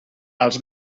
als